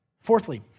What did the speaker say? Fourthly